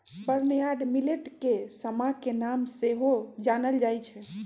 barnyard millet के समा के नाम से सेहो जानल जाइ छै